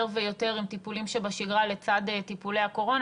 ויותר עם טיפולים שבשגרה לצד טיפולי הקורונה,